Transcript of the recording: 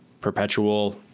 perpetual